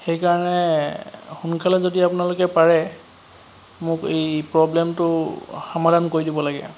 সেইকাৰণে সোনকালে যদি আপোনালোকে পাৰে মোক এই প্ৰব্লেমটো সমাধান কৰি দিব লাগে